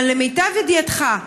אבל למיטב ידיעתך,